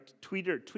Twitter